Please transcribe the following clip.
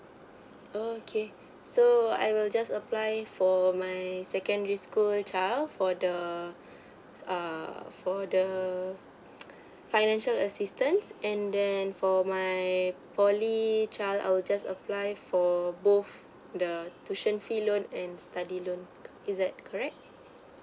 okay so I will just apply for my secondary school child for the err for the financial assistance and then for my poly child I will just apply for both the tuition fee loan and study loan is that correct